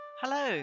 Hello